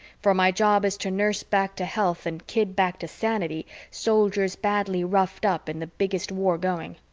for my job is to nurse back to health and kid back to sanity soldiers badly roughed up in the biggest war going.